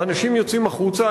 והאנשים יוצאים החוצה,